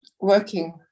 working